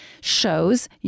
shows